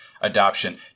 adoption